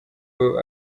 n’ubwo